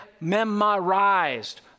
memorized